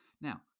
Now